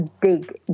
dig